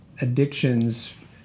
addictions